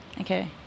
Okay